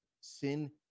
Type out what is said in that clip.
sin